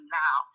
now